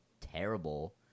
terrible